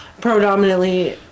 predominantly